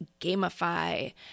gamify